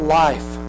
life